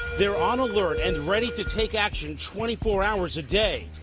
they're on alert and ready to take action twenty four hours a day.